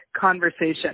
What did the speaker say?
conversation